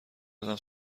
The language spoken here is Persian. دادم